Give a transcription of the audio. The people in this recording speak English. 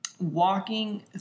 walking